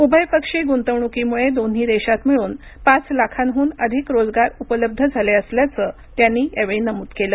उभयपक्षीय गुंतवणुकीमुळे दोन्ही देशात मिळून पाच लाखांहून अधिक रोजगार उपलब्ध झाले असल्याचं त्यांनी यावेळी नमूद केलं